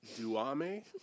Duame